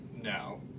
No